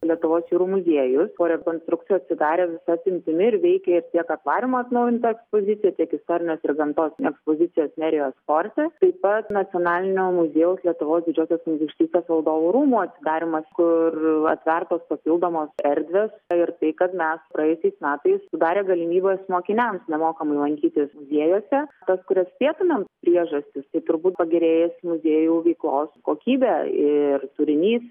lietuvos jūrų muziejus po rekonstrukcijos atsidarė visa apimtimi ir veikė ir tiek akvariumo atnaujinta ekspozicija tiek istorijos ir gamtos ekspozicijos nerijos forte taip pat nacionalinio muziejaus lietuvos didžiosios kunigaikštystės valdovų rūmų atsidarymas kur atvertos papildomos erdvės ir tai kad mes praėjusiais metais sudarę galimybes mokiniams nemokamai lankytis muziejuose tas kurias spėtumėm priežastys tai turbūt pagerėjusi muziejų veiklos kokybė ir turinys